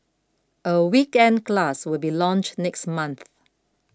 a weekend class will be launched next month